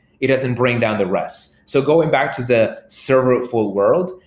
it doesn't bring down the rest. so going back to the serverfull world,